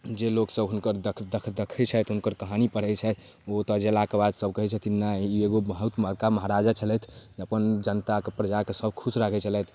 जे लोकसब हुनकर द द देखै छथि ओ कहानी पढ़ै छथि ओतऽ गेलाके बाद कहै छथिन नहि ई एगो बहुत बड़का महाराजा छलथि अपन जनताके प्रजाके सब खुश राखै छलथि